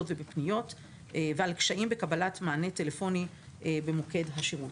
ובפניות ועל קשיים בקבלת מענה טלפוני במוקד השירות.